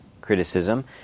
criticism